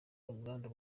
ubwandu